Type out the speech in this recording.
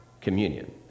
communion